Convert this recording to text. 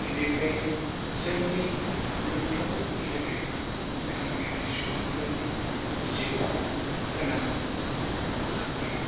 बिनिखायनो जोंनि मोनफ्रामबो गेलेनायफ्रा गामियारि सुबुंफोरनि जिउआव गोनां बिफाव लाबोयो